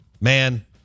man